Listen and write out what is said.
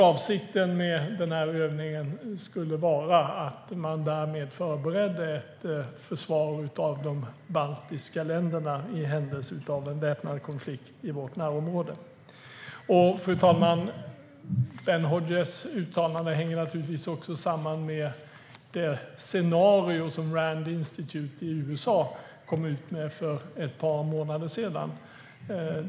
Avsikten med övningen skulle vara att därmed förbereda ett försvar av de baltiska länderna i händelse av en väpnad konflikt i vårt närområde. Fru talman! Ben Hodges uttalande hänger naturligtvis samman med det scenario som institutet Rand i USA kom ut med för ett par månader sedan.